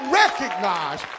recognize